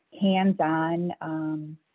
hands-on